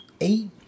eight